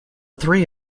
three